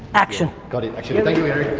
action. got it, action. thank